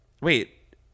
Wait